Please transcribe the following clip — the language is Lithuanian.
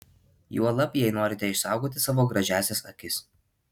juolab jei norite išsaugoti savo gražiąsias akis